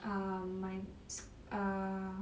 err my err